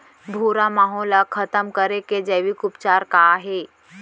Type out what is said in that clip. भूरा माहो ला खतम करे के जैविक उपचार का हे?